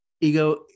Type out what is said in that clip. ego